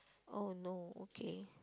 oh no okay